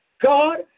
God